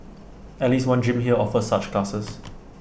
at least one gym here offer such classes